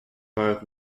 peur